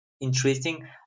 interesting